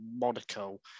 Monaco